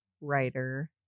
writer